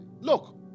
Look